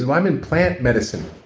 um i'm in plant medicine.